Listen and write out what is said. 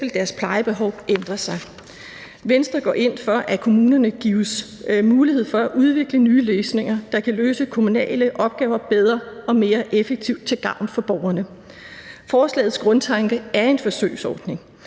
deres plejebehov ændrer sig. Venstre går ind for, at kommunerne gives mulighed for at udvikle nye løsninger, der kan løse kommunale opgaver bedre og mere effektivt til gavn for borgerne. Forslagets grundtanke er en forsøgsordning,